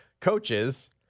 coaches